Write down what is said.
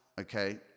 okay